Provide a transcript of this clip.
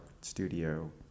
studio